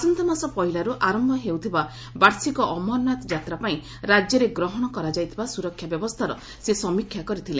ଆସନ୍ତା ମାସ ପହିଲାରୁ ଆରମ୍ଭ ହେଉଥିବା ବାର୍ଷିକ ଅମରନାଥ ଯାତ୍ରା ପାଇଁ ରାଜ୍ୟରେ ଗ୍ରହଣ କରାଯାଇଥିବା ସୁରକ୍ଷା ବ୍ୟବସ୍ଥାର ସେ ସମୀକ୍ଷା କରିଥିଲେ